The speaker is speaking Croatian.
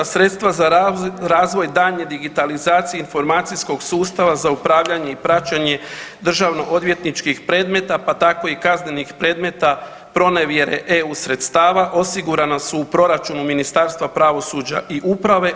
Sredstva za razvoj daljnje digitalizacije informacijskog sustava za upravljanje i praćenje državno odvjetničkih predmeta pa tako i kaznenih predmeta pronevjere EU sredstava, osigurana su u proračunu Ministarstva pravosuđa i uprave.